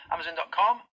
Amazon.com